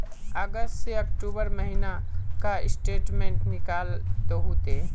अगस्त से अक्टूबर महीना का स्टेटमेंट निकाल दहु ते?